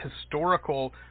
historical